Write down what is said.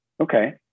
okay